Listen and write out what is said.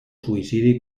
suïcidi